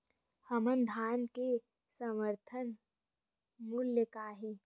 हमर धान के समर्थन मूल्य का हे?